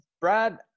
Brad